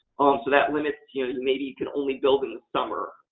so, that limits maybe you can only build in the summer.